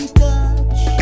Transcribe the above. touch